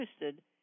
interested